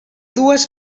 dues